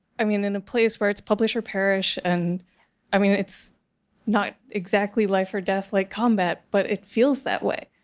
i mean, in a place where it's publish or perish, and i mean, it's not exactly life or death like combat, but it feels that way,